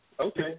Okay